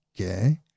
Okay